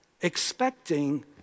expecting